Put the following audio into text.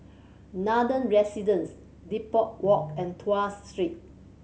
Nathan Residences Depot Walk and Tuas Street